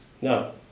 No